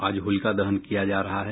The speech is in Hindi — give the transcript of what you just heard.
आज होलिका दहन किया जा रहा है